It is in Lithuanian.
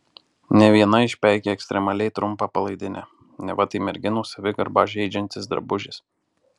ne viena išpeikė ekstremaliai trumpą palaidinę neva tai merginų savigarbą žeidžiantis drabužis